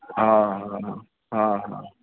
हा हा हा हा